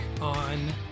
on